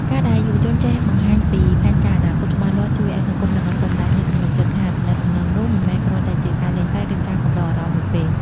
ការដែលយុវជនចេះបង្ហាញពី "ផែនការអនាគត" ច្បាស់លាស់ ជួយឱ្យសង្គម និងឪពុកម្ដាយមានទំនុកចិត្តថា ទំនាក់ទំនងនោះមិនមែនគ្រាន់តែជាការលេងសើច ឬការកំដរអារម្មណ៍មួយពេល។